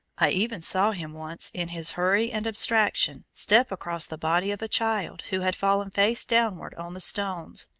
i even saw him once in his hurry and abstraction, step across the body of a child who had fallen face downward on the stones,